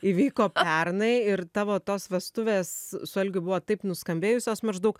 įvyko pernai ir tavo tos vestuvės su algiu buvo taip nuskambėjusios maždaug